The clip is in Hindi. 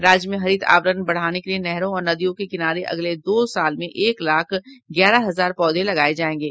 राज्य में हरित आवरण बढ़ाने के लिये नहरों और नदियों के किनारे अगले दो साल में एक लाख ग्यारह हजार पौधे लगाये जायेंगे